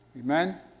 Amen